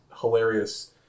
hilarious